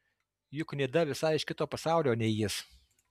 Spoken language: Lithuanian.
juk nida visai iš kito pasaulio nei jis